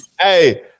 Hey